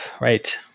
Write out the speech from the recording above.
right